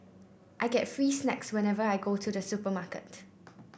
I get free snacks whenever I go to the supermarket